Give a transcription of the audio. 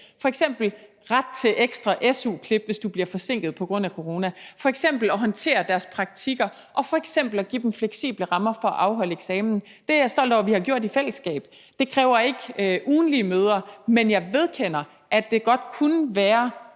f.eks. ret til ekstra su-klip, hvis de bliver forsinket på grund af corona, eller at håndtere deres praktikker eller give dem fleksible rammer for at afholde eksamen. Det er jeg stolt over at vi har gjort i fællesskab. Det kræver ikke ugentlige møder, men jeg vedkender mig, at det godt kunne være